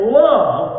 love